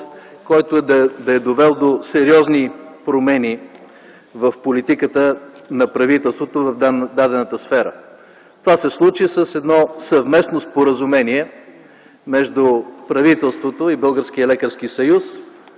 който да е довел до сериозни промени в политиката на правителството в дадената сфера. Това се случи с едно съвместно Споразумение между правителството и Българския лекарски съюз,